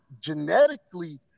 genetically